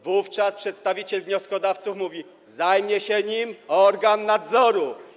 Wówczas przedstawiciel wnioskodawców mówi: zajmie się nim organ nadzoru.